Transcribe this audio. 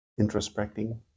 introspecting